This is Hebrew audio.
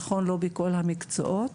נכון לא בכל המקצועות,